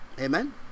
Amen